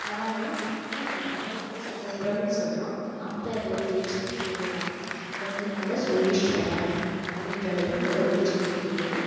அது ஆனால் இப்போ நம்ம கங்கை கொண்ட சோழபுரம் சொல்கிறோம் ஆனால் அப்போ அதோடய ஒரிஜினல் பேரு என்னான்னால் கங்கை கொண்ட சோழிஷ்வரம் அப்படின்றதுதான் அதோடய ஒரிஜினல் பேரே